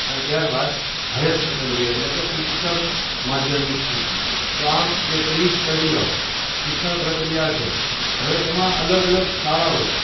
અને ત્યારબાદ higher secondary એટલે કે ઉચ્ચતર માધ્યમિક શિક્ષણ તો આમ જે ત્રિસ્તરીય શિક્ષણ પ્રક્રિયા છે હવે એમાં અલગ અલગ શાળાઓ છે